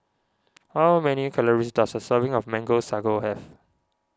how many calories does a serving of Mango Sago have